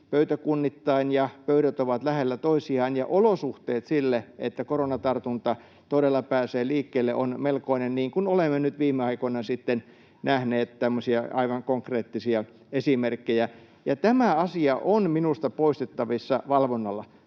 pöytäkunnittain ja pöydät ovat lähellä toisiaan ja olosuhteet sille, että koronatartunta todella pääsee liikkeelle, ovat melkoisia, niin kuin olemme nyt viime aikoina nähneet tämmöisiä aivan konkreettisia esimerkkejä. Tämä asia on minusta poistettavissa valvonnalla.